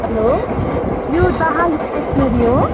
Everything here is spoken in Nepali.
हलो यो दाहाल स्टेसनरी हो